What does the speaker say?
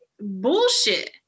bullshit